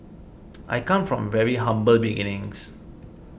I come from very humble beginnings